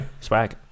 Swag